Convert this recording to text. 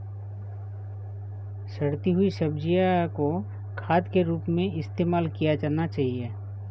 सड़ती हुई सब्जियां को खाद के रूप में इस्तेमाल किया जाना चाहिए